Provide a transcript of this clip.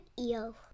eel